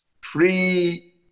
free